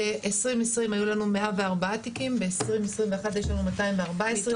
ב-2020 היו לנו 104 תיקים וב-2021 יש לנו 214 תיקים עם כתבי אישום.